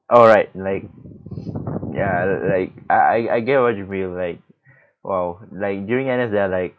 alright like ya like I I I get what you feel like !wow! like during N_S there are like